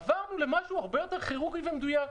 עברנו למשהו הרבה יותר כירורגי ומדויק,